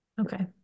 Okay